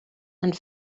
and